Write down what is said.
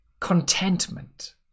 contentment